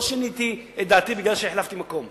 לא שיניתי את דעתי כי החלפתי מקום.